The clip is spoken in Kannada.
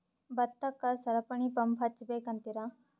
ಭತ್ತಕ್ಕ ಸರಪಣಿ ಪಂಪ್ ಹಚ್ಚಬೇಕ್ ಅಂತಿರಾ?